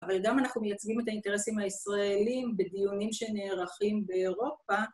אבל גם אם אנחנו מייצגים את האינטרסים הישראלים בדיונים שנערכים באירופה.